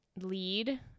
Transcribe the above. lead